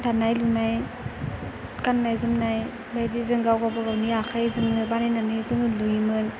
दानाय लुनाय गाननाय जोमनाय बायदिजों गावबा गावनि आखाइजोंनो बानायनानै जोङो लुयोमोन